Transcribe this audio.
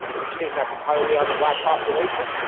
are you saying that's entirely on the black population?